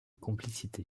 complicité